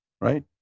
right